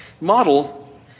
model